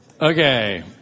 Okay